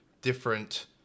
different